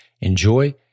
enjoy